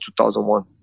2001